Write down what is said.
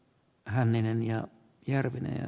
hänninen ja järvinen